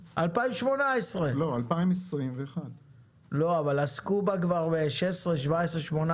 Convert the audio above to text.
2021. אבל עסקו בה כבר ב-16-17-18.